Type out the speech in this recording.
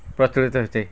ପ୍ରଚଳିତ ହେଉଛେ